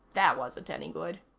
that wasn't any good.